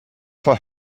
for